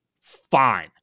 fine